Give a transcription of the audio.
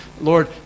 Lord